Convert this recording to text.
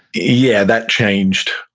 yeah, that changed.